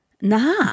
Nah